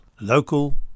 local